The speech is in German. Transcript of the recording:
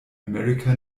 america